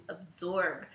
absorb